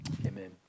amen